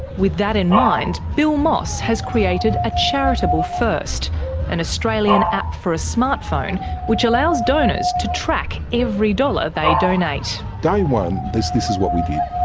with that in mind, bill moss has created a charitable first an australian app for a smartphone which allows donors to track every dollar they donate. day one, this this is what we did.